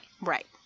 Right